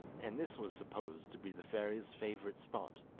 and this was supposed to be the fairy's favourite spot.